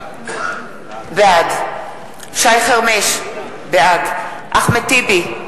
בעד שי חרמש, בעד אחמד טיבי,